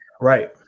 Right